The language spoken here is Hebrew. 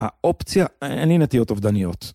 האופציה, אין לי נטיות אובדניות